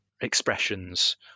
expressions